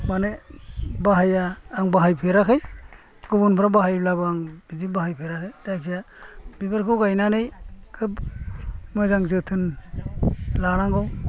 माने बाहाया आं बाहाय फेराखै गुबुनफ्रा बाहायब्लाबो आं बिदि बाहाय फेराखै जायखिया बेफोरखौ गायनानै खोब मोजां जोथोन लानांगौ